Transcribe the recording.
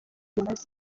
bimaze